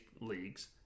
leagues